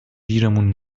گیرمون